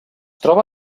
troba